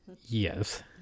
Yes